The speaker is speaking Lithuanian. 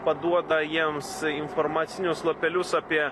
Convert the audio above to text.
paduoda jiems informacinius lapelius apie